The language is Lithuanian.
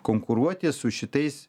konkuruoti su šitais